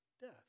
death